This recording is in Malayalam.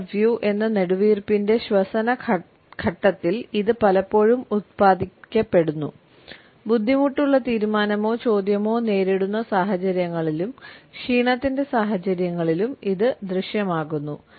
"ഐ ലവ് യു" എന്ന നെടുവീർപ്പിന്റെ ശ്വസന ഘട്ടത്തിൽ ഇത് പലപ്പോഴും ഉൽപാദിപ്പിക്കപ്പെടുന്നു ബുദ്ധിമുട്ടുള്ള തീരുമാനമോ ചോദ്യമോ നേരിടുന്ന സാഹചര്യങ്ങളിലും ക്ഷീണത്തിന്റെ സാഹചര്യങ്ങളിലും ഇത് ദൃശ്യമാകുന്നു